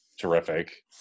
terrific